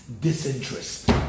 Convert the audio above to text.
Disinterest